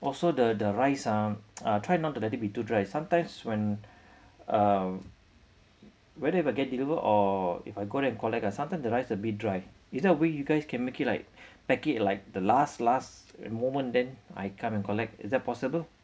also the the rice ah ah try not to let it be too dry sometimes when uh whether I get deliver or if I go there and collect sometimes the rice a bit dry is there a way you guys can make it like pack it like the last last moment then I come and collect is that possible